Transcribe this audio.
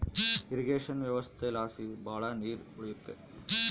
irrigation ವ್ಯವಸ್ಥೆಲಾಸಿ ಭಾಳ ನೀರ್ ಉಳಿಯುತ್ತೆ